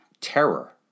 terror